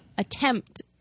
Attempt